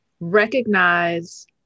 recognize